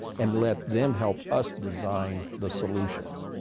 and let them help us design the solutions.